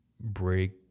break